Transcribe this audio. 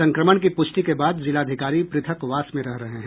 संक्रमण की प्रष्टि के बाद जिलाधिकारी पृथकवास में रह रहे हैं